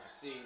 see